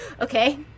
Okay